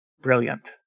Brilliant